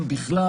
אם בכלל,